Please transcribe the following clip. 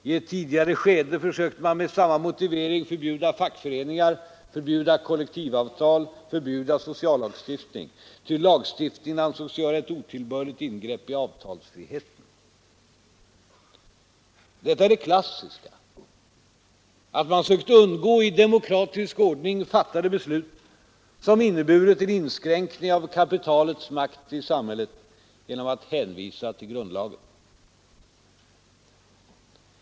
I ett tidigare skede försökte man med samma motivering förbjuda fackföreningar, förbjuda kollektivavtal, förbjuda sociallagstiftning, ty lagstiftningen ansågs utgöra ett otillbörligt ingrepp i avtalsfriheten. Detta är det klassiska: att man sökt undgå i demokratisk ordning fattade beslut, som inneburit en inskränkning av kapitalets makt i samhället, genom att hänvisa till grundlagen.